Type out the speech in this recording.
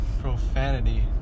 profanity